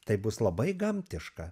taip bus labai gamtiška